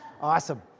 Awesome